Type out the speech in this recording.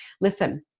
Listen